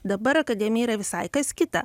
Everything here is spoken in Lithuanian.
dabar akademija yra visai kas kita